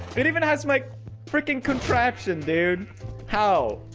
it even has my freaking contraption dude how